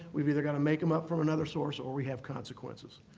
we've either got to make them up from another source or we have consequences.